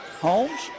Holmes